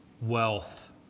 wealth